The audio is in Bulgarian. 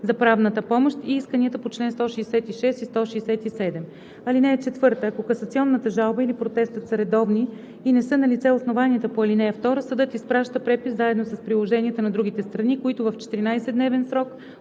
за правната помощ и искания по чл. 166 и 167. (4) Ако касационната жалба или протестът са редовни и не са налице основанията по ал. 2, съдът изпраща препис заедно с приложенията на другите страни, които в 14-дневен срок